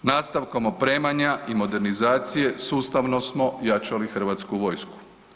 Nastavkom opremanja i modernizacije sustavno smo jačali hrvatsku vojsku.